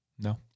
No